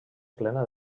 plena